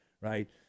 right